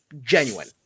genuine